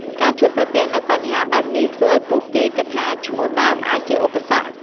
ការជួបប្រទះនូវបញ្ហាបែបនេះ ធ្វើឲ្យពួកគេគិតថាឈ្មោះដើមអាចជាឧបសគ្គ។